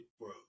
bro